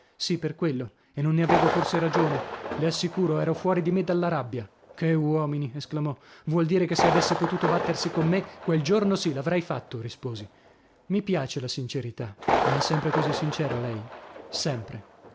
sì per quello e non ne avevo forse ragione le assicuro ero fuori di me dalla rabbia che uomini esclamò vuol dire che se avesse potuto battersi con me quel giorno sì l'avrei fatto risposi mi piace la sincerità ma è sempre così sincero lei sempre